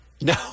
No